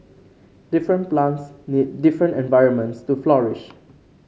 different plants need different environments to flourish